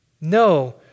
No